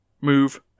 move